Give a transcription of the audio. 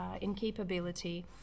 incapability